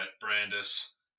Brandis